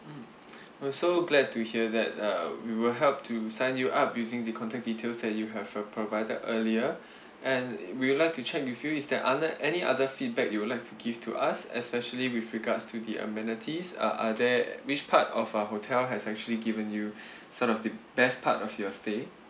mm I'm so glad to hear that uh we will help to sign you up using the contact details that you have uh provided earlier and we will like to check with you is that ano~ any other feedback you would like to give to us especially with regards to the amenities uh are there which part of our hotel has actually given you some of the best part of your stay